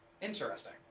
Interesting